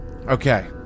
Okay